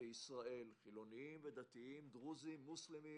בישראל חילוניים ודתיים, דרוזיים, מוסלמים,